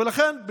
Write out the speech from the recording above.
ולכן,